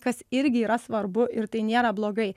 kas irgi yra svarbu ir tai nėra blogai